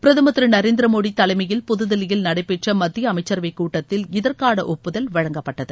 பிரதமர் திரு நரேந்திரமோடி தலைமயில் புதுதில்லியில் நடைபெற்ற மத்திய அமைச்சரவை கூட்டத்தில் இதற்கான ஒப்புதல் வழங்கப்பட்டது